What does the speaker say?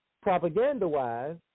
Propaganda-wise